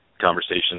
conversation